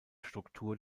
struktur